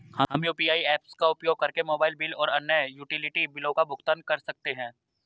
हम UPI apps का उपयोग करके मोबाइल बिल और अन्य यूटिलिटी बिलों का भुगतान कर सकते हैं